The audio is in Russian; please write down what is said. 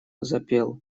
запел